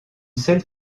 seule